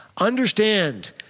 Understand